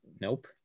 Nope